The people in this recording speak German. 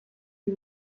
die